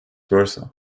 versa